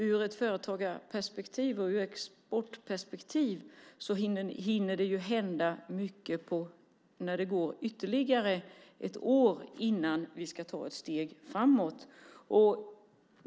Ur ett företagarperspektiv och ur ett exportperspektiv hinner det hända mycket när det går ytterligare ett år innan vi ska ta ett steg framåt.